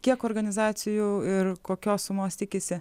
kiek organizacijų ir kokios sumos tikisi